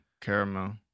caramel